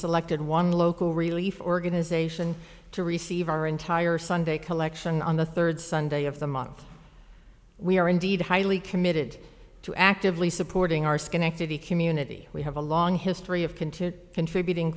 selected one local relief organization to receive our entire sunday collection on the third sunday of the month we are indeed highly committed to actively supporting our schenectady community we have a long history of continue contributing